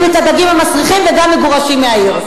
את הדגים המסריחים וגם מגורשים מהעיר.